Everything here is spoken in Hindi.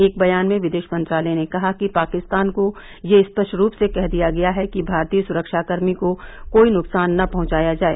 एक बयान में विदेश मंत्रालय ने कहा कि पाकिस्तान को यह स्पष्ट रूप से कह दिया गया है कि भारतीय सुरक्षा कर्मी को कोई नुकसान न पहुंचाया जाए